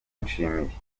nshimiye